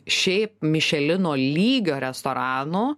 šiaip mišelino lygio restoranų